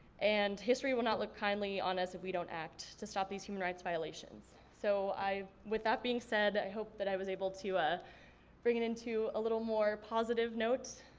and history will not look kindly on us if we don't act to stop these human rights violations. so with that being said i hope that i was able to ah bring it into a little more positive note.